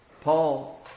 Paul